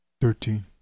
Thirteen